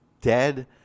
dead